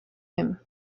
him